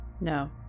No